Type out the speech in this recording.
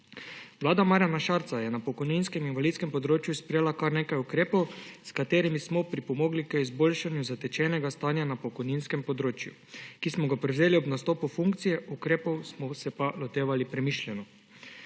Vlada Marjana Šarca je na pokojninskem in invalidskem področju sprejela kar nekaj ukrepov, s katerimi smo pripomogli k izboljšanju zatečenega stanja na pokojninskem področju, ki smo ga prevzeli ob nastopu funkcije, ukrepov pa smo se lotevali premišljeno.